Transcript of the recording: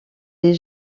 les